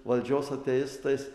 valdžios ateistais